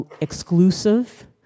exclusive